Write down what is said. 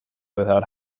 without